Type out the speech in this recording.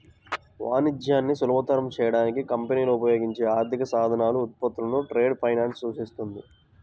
వాణిజ్యాన్ని సులభతరం చేయడానికి కంపెనీలు ఉపయోగించే ఆర్థిక సాధనాలు, ఉత్పత్తులను ట్రేడ్ ఫైనాన్స్ సూచిస్తుంది